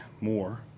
more